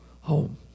home